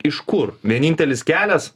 iš kur vienintelis kelias